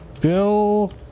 Bill